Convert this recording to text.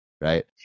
right